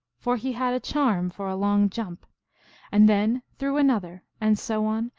for he had a charm for a long jump and then threw another, and so on,